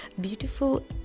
beautiful